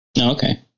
Okay